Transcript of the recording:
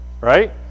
Right